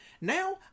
Now